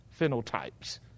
phenotypes